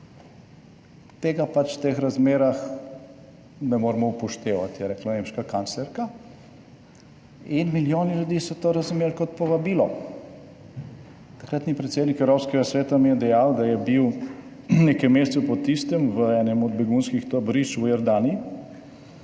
Tega pač v teh razmerah ne moremo upoštevati, je rekla nemška kanclerka in milijoni ljudi so to razumeli kot povabilo. Takratni predsednik Evropskega sveta mi je dejal, da je bil nekaj mesecev po tistem v enem od begunskih taborišč v Jordaniji